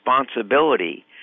responsibility